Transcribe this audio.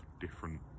different